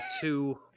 two